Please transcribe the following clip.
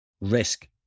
risk